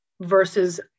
versus